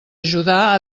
ajudar